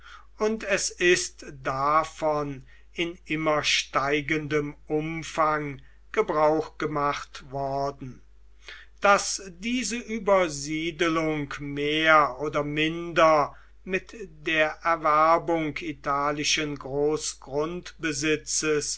und es ist davon in immer steigendem umfang gebrauch gemacht worden daß diese übersiedelung mehr oder minder mit der erwerbung italischen